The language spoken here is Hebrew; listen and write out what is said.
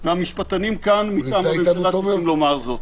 המשפטנים כאן יכולים לומר זאת.